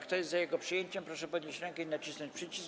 Kto jest za jego przyjęciem, proszę podnieść rękę i nacisnąć przycisk.